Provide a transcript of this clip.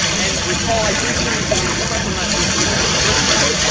and recall i briefly mentioned the expression last week pointer arithmetic.